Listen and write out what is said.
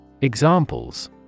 Examples